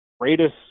greatest